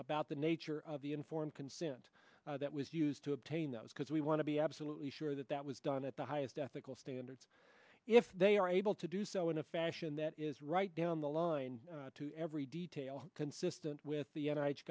about the nature of the informed consent that was used to obtain those because we want to be absolutely sure that that was done at the highest ethical standards if they are able to do so in a fashion that is right down the line to every detail consistent with the